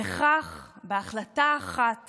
בכך, בהחלטה אחת